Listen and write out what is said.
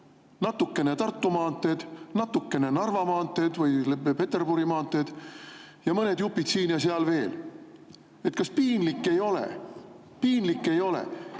Natukene Tartu maanteed, natukene Narva maanteed või Peterburi maanteed ja mõned jupid siin ja seal veel. Kas piinlik ei ole? Piinlik ei ole?